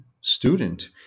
student